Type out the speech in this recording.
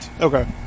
Okay